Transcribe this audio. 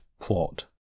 plot